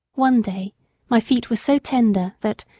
one day my feet were so tender that,